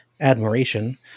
admiration